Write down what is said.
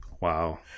Wow